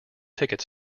ticket